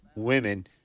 women